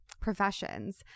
Professions